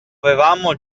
avevamo